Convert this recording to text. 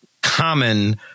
common